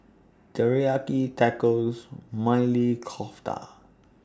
Teriyaki Tacos Maili Kofta